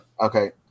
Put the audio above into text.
Okay